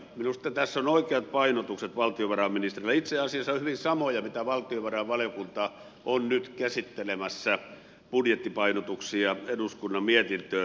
minusta tässä ovat oikeat painotukset valtiovarainministerillä itse asiassa hyvin samoja kuin valtiovarainvaliokunta on nyt käsittelemässä budjettipainotuksia eduskunnan mietintöön